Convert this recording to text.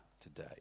today